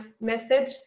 message